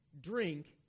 drink